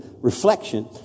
reflection